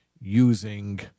using